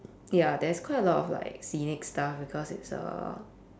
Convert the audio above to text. ya there's quite a lot of like scenic stuff because it's a